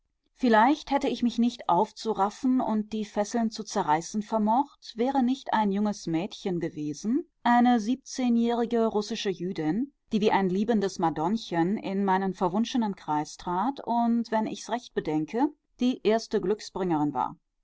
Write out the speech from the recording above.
vielleicht hätte ich mich nicht aufzuraffen und die fesseln zu zerreißen vermocht wäre nicht ein junges mädchen gewesen eine siebzehnjährige russische jüdin die wie ein liebendes madonnchen in meinen verwunschenen kreis trat und wenn ich's recht bedenke die erste glückbringerin war